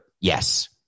yes